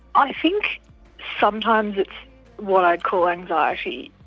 i think sometimes it's what i'd call anxiety.